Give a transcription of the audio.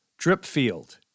Dripfield